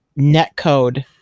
netcode